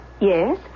yes